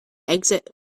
exit